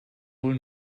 wohl